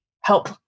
help